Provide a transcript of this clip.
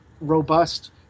robust